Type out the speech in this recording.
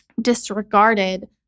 disregarded